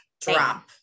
drop